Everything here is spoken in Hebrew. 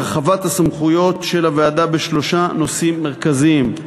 הרחבת הסמכויות של הוועדה בשלושה נושאים מרכזיים: